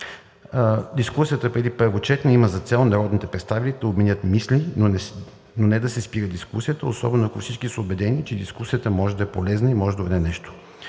Дискусията преди първо четене има за цел народните представители да обменят мисли, но не да се спира дискусията, особено ако всички са убедени, че дискусията може да е полезна и може да доведе до нещо.